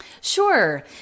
Sure